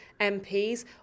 MPs